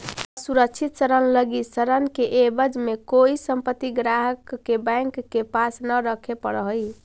असुरक्षित ऋण लगी ऋण के एवज में कोई संपत्ति ग्राहक के बैंक के पास न रखे पड़ऽ हइ